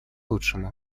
лучшему